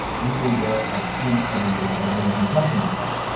usually there are ten items in there although you can customize that.